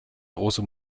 große